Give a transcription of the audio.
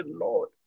Lord